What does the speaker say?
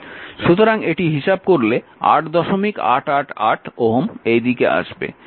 সুতরাং এটি হিসাব করলে 8888 Ω এই দিকে আসবে